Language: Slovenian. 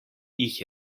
jih